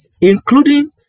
including